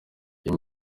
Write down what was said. iyi